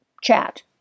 chat